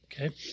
Okay